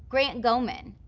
grant gohmann,